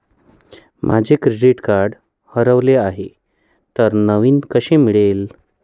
माझे credit card हरवले आहे तर नवीन कसे मिळेल?